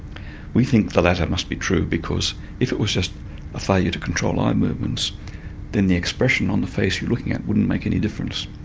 we think the latter must be true, because if it was just a failure to control eye movements then the expression on the face you're looking at wouldn't make any difference.